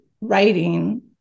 writing